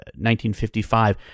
1955